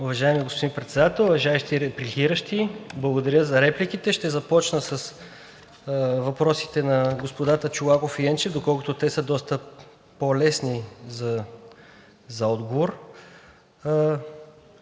Уважаеми господин Председател, уважаеми репликиращи! Благодаря за репликите. Ще започна с въпросите на господата Чолаков и Енчев, доколкото те са доста по-лесни за отговор.